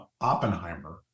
Oppenheimer